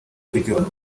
kuryoha